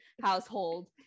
household